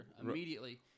immediately